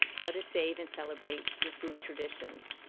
how to save and celebrate your food traditions.